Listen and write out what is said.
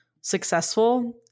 successful